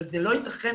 זה לא ייתכן.